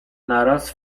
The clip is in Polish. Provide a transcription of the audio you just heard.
naraz